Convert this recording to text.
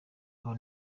abo